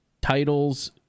titles